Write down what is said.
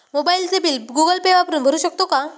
मोबाइलचे bill Google Pay वापरून भरू शकतो का?